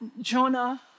Jonah